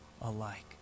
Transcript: alike